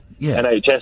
NHS